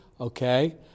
Okay